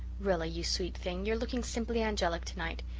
rilla, you sweet thing, you're looking simply angelic to-night.